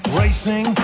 racing